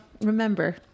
remember